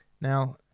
Now